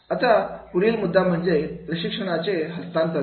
आता पुढील मुद्दा म्हणजे प्रशिक्षणाचे हस्तांतरण